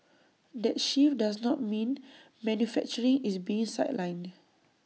that shift does not mean manufacturing is being sidelined